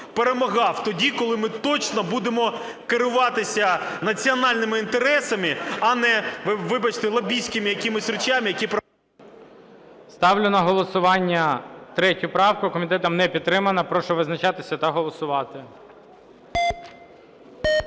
перемагав тоді, коли ми точно будемо керуватися національними інтересами, а не, вибачте, лобістськими якимись речами, які… ГОЛОВУЮЧИЙ. Ставлю на голосування 3 правку. Комітетом не підтримана. Прошу визначатися та голосувати.